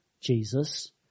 Jesus